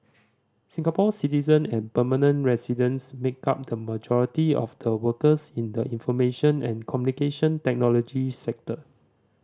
Singapore citizen and permanent residents make up the majority of the workers in the information and Communication Technology sector